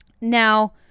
now